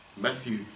Matthew